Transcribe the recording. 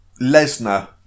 Lesnar